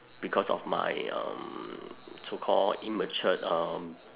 because of my um so called immature um